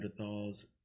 Neanderthals